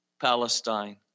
Palestine